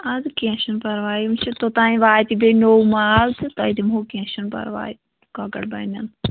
اَدٕ کیٚنہہ چھُنہٕ پرواے وٕنۍ چھِ توٚتام واتہِ بیٚیہِ نوٚو مال تہِ تۄہہِ دِمہو کیٚنہہ چھِنہٕ پرواے کۄکَر بَنن